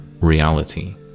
reality